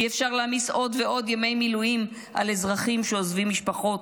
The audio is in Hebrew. אי-אפשר להעמיס עוד ועוד ימי מילואים על אזרחים שעוזבים משפחות,